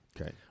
Okay